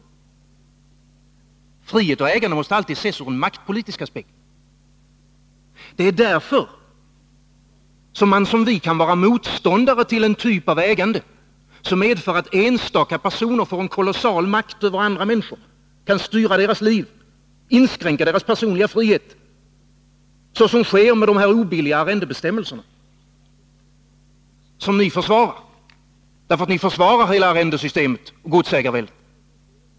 Frihet och ägande måste alltid ses ur en maktpolitisk aspekt. Det är därför som man som vi kan vara motståndare till en typ av ägande som medför att enstaka personer får en kolossal makt över andra människor, kan styra deras liv och inskränka deras personliga frihet — så som sker med de obilliga arrendebestämmelserna, som ni försvarar därför att ni försvarar hela arrendesystemet och godsägarväldet.